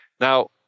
Now